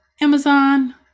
Amazon